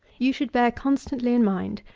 you should bear constantly in mind,